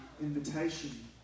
invitation